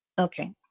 Okay